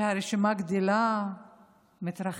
לכך שהרשימה גדלה ומתרחבת.